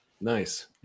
Nice